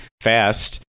fast